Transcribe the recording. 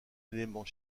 élément